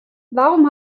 warum